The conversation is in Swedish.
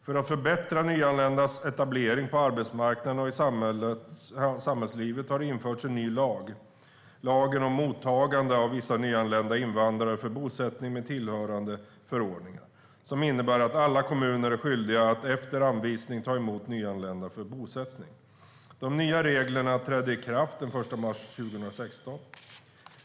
För att förbättra nyanländas etablering på arbetsmarknaden och i samhällslivet har det införts en ny lag, lagen om mottagande av vissa nyanlända invandrare för bosättning med tillhörande förordningar, som innebär att alla kommuner är skyldiga att efter anvisning ta emot nyanlända för bosättning. De nya reglerna trädde i kraft den 1 mars 2016.